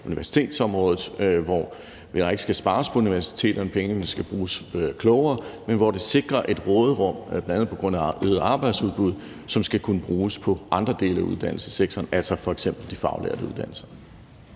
universitetsområdet, hvor der ikke skal spares på universiteterne – pengene skal bruges klogere – men hvor der sikres et råderum, bl.a. på grund af øget arbejdsudbud, som skal kunne bruges på andre dele af uddannelsessektoren, altså f.eks. de faglærte uddannelser.